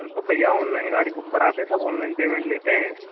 अरे तो भैया ओनलाइन गाड़ी बुक कराते हैं सब अनलाइन पेमेंट लेते हैं